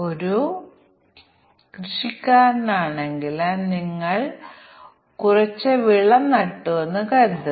എല്ലാ ജോഡികളും സ്വമേധയാ ഉള്ളതാണെങ്കിൽ ഞങ്ങൾ ഇവിടെ ചില മാറ്റങ്ങൾ വരുത്തുന്നു